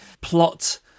plot